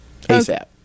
ASAP